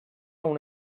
una